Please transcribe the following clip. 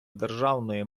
державної